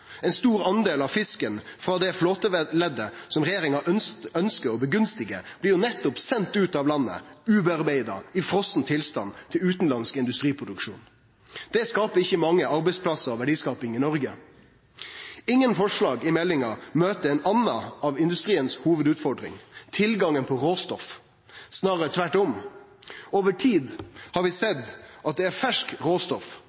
Ein stor del av fisken frå det flåteleddet som regjeringa ønskjer å tilgodesjå, blir nettopp send ut av landet ubearbeidd, i frosen tilstand, til utanlandsk industriproduksjon. Det skaper ikkje mange arbeidsplassar og verdiskaping i Noreg. Ingen forslag i meldinga møter ei anna hovudutfordring for industrien – tilgangen på råstoff. Snarare tvert om, over tid har vi sett at det er ferskt råstoff